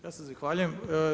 Ja se zahvaljujem.